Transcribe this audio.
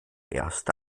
erste